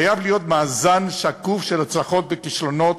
חייב להיות מאזן שקוף של הצלחות וכישלונות